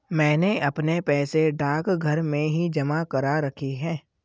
मैंने अपने पैसे डाकघर में ही जमा करा रखे हैं